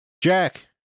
Jack